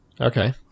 Okay